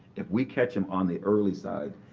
if we catch them on the early side,